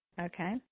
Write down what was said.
Okay